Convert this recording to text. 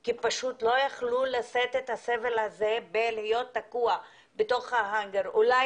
כי פשוט לא יכלו לשאת את הסבל הזה בלהיות תקוע בתוך ההאנגר אולי